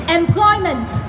employment